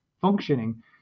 functioning